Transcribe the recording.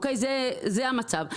זה המצב.